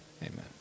Amen